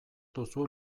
duzu